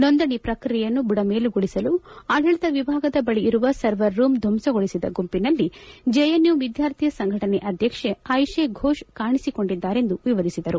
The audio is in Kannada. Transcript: ನೋಂದಣಿ ಪ್ರಕ್ರಿಯೆಯನ್ನು ಬುಡಮೇಲುಗೊಳಿಸಲು ಆಡಳಿತ ವಿಭಾಗದ ಬಳಿ ಇರುವ ಸರ್ವರ್ ರೂಮ್ ಧ್ಲಂಸಗೊಳಿಸಿದ ಗುಂಪಿನಲ್ಲಿ ಜೆಎನ್ಯು ವಿದ್ಗಾರ್ಥಿ ಸಂಘಟನೆ ಅಧ್ಲಕ್ಷೆ ಆಯಿಶೆ ಘೋಷ್ ಕಾಣಿಸಿಕೊಂಡಿದ್ದಾರೆ ಎಂದು ವಿವರಿಸಿದರು